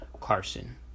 Carson